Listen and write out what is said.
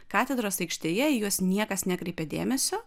katedros aikštėje į juos niekas nekreipė dėmesio